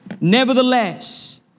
Nevertheless